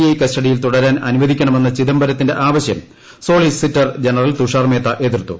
I കസ്റ്റഡിയിൽ തുടരാൻ അനുവദിക്കണമെന്ന ചിദംബരത്തിന്റെ ആവശ്യം സൊളിസിറ്റർ ജനറൽ തുഷാർ മേത്ത എതിർത്തു